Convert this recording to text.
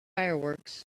fireworks